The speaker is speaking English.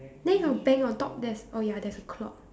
then your bank on top there's oh ya there's a clock